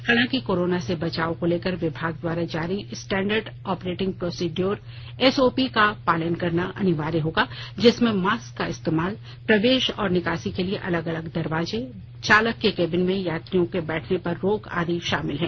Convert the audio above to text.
हालांकि कोरोना से बचाव को लेकर विभाग द्वारा जारी स्टैंडर्ड ऑपरेटिंग प्रॉसिड्योर एसओपी का पालन करना अनिवार्य होगा जिसमें मास्क का इस्तेमाल प्रवेश और निकासी के लिए अलग अलग दरवाजे चालक के केबिन में यात्रियों के बैठने पर रोक आदि शामिल है